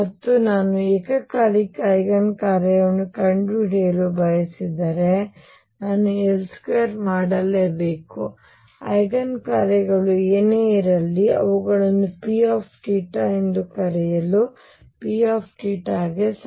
ಮತ್ತು ನಾನು ಏಕಕಾಲಿಕ ಐಗನ್ ಕಾರ್ಯಗಳನ್ನು ಕಂಡುಹಿಡಿಯಲು ಬಯಸಿದರೆ ನಾನು L2 ಮಾಡಲೇಬೇಕು ಆ ಐಗನ್ ಕಾರ್ಯಗಳು ಏನೇ ಇರಲಿ ಅವುಗಳನ್ನು P θ ಎಂದು ಕರೆಯಲು P θ ಗೆ ಸಮ